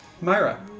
Myra